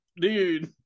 Dude